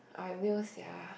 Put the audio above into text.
I will sia